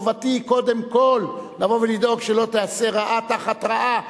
חובתי היא קודם כול לבוא ולדאוג שלא תיעשה רעה תחת רעה,